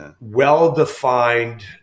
well-defined